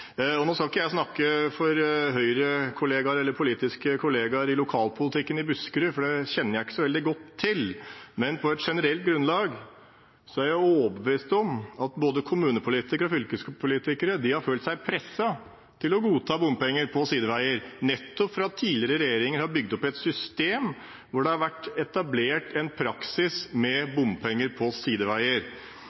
Nå skal ikke jeg snakke for Høyre-kolleger eller politiske kolleger i lokalpolitikken i Buskerud, for dem kjenner jeg ikke så veldig godt til, men på et generelt grunnlag er jeg overbevist om at både kommunepolitikere og fylkespolitikere har følt seg presset til å godta bompenger på sideveier, nettopp fordi tidligere regjeringer har bygd opp et system hvor det har vært etablert en praksis med bompenger på sideveier.